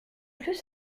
plus